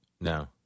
No